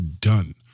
done